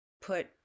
put